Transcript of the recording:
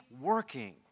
working